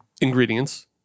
ingredients